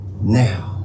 now